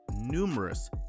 numerous